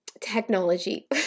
technology